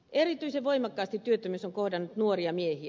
erityisen voimakkaasti työttömyys on kohdannut nuoria miehiä